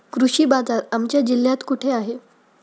कृषी बाजार आमच्या जिल्ह्यात कुठे आहे?